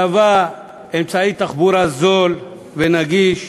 מהווה אמצעי תחבורה זול ונגיש,